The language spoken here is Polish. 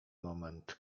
moment